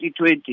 2020